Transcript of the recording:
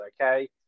okay